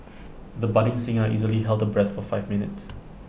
the budding singer easily held her breath for five minutes